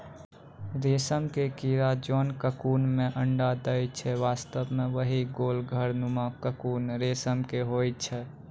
रेशम के कीड़ा जोन ककून मॅ अंडा दै छै वास्तव म वही गोल घर नुमा ककून रेशम के होय छै